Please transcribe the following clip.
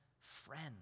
friend